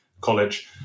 college